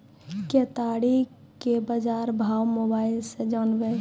केताड़ी के बाजार भाव मोबाइल से जानवे?